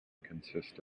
consists